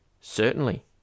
Certainly